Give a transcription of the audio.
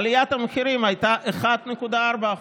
עליית המחירים הייתה 1.4%